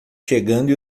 chegando